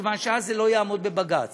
מכיוון שאז הוא לא יעמוד בבג"ץ.